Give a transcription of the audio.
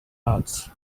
arts